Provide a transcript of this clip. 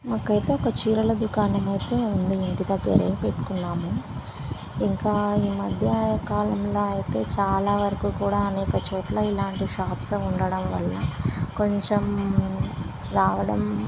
మాకు అయితే ఒక చీరల దుకాణం అయితే ఉంది ఇంటి దగ్గర పెట్టుకున్నాము ఇంకా ఈ మధ్యకాలంలో అయితే చాలా వరకు కూడా అనేక చోట్ల ఇలాంటి షాప్స్ ఉండడం వల్ల కొంచెం రావడం